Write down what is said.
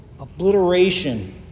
obliteration